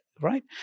right